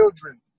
children